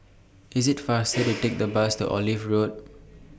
IS IT faster to Take The Bus to Olive Road